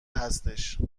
هستش